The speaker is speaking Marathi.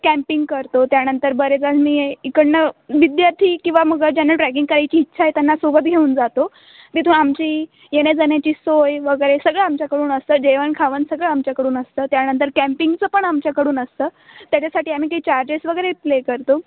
कॅम्पिंग करतो त्यानंतर बरेचजण मी इकडनं विद्यार्थी किंवा मग ज्यांना ट्रॅकिंग करायची इच्छा आहे त्यांना सोबत घेऊन जातो तिथून आमची येण्याजाण्याची सोय वगैरे सगळं आमच्याकडून असतं जेवणखावण सगळं आमच्याकडून असतं त्यानंतर कॅम्पिंगचं पण आमच्याकडून असतं त्याच्यासाठी आम्ही काही चार्जेस वगैरे प्ले करतो